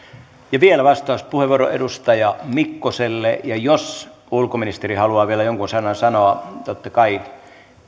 vielä vastauspuheenvuoro edustaja mikkoselle ja jos ulkoministeri haluaa vielä jonkun sanan sanoa totta kai